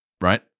right